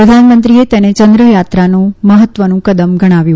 પ્રધાનમંત્રીએ તેને ચંદ્ર યાત્રાનું મહત્વનું કદમ ગણાવ્યું